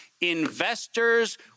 Investors